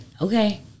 okay